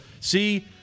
See